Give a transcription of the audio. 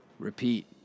Repeat